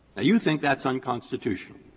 you think that's unconstitutional?